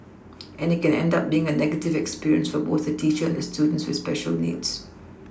and it can end up being a negative experience for both the teacher and the student with special needs